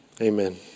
Amen